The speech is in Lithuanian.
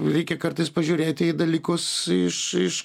reikia kartais pažiūrėti į dalykus iš iš